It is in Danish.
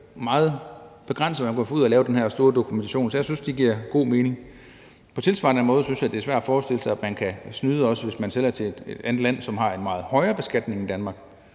fald meget begrænset, hvad man kan få ud af at lave den her store dokumentation. Så jeg synes, at det giver god mening. På tilsvarende måde synes jeg, det er svært at forestille sig, at man også kan snyde, hvis man sælger til et andet land, som har en meget højere beskatning end Danmark.